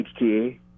HTA